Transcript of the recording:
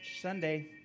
Sunday